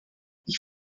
ich